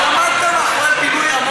בעקבות מה שאמרתי,